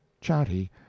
chatty